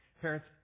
Parents